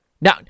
Now